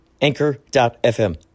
Anchor.fm